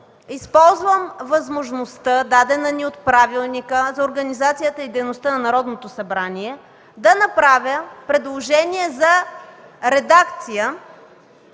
използвам възможността дадена ни от Правилника за организацията и дейността на Народното събрание, да направя предложение за редакция